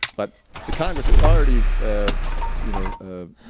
but the congress had already ah you know